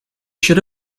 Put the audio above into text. should